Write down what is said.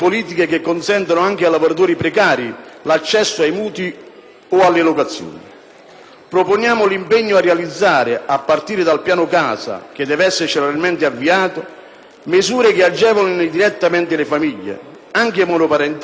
Proponiamo inoltre l'impegno a realizzare, a partire dal Piano casa che deve essere celermente avviato, misure che agevolino direttamente le famiglie, anche monoparentali o monoreddito, nonché interventi volti a bloccare temporaneamente le procedure esecutive concorsuali